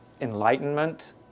enlightenment